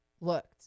looked